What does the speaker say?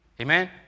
Amen